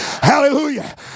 Hallelujah